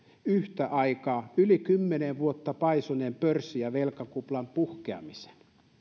yhtä aikaa yli kymmenen vuotta paisuneen pörssi ja velkakuplan puhkeamisen